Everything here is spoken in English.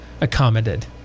accommodated